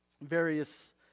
various